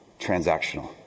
transactional